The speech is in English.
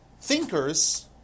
thinkers